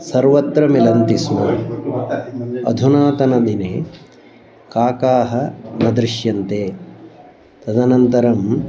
सर्वत्र मिलन्ति स्म अधुनातनदिने काकाः न दृश्यन्ते तदनन्तरम्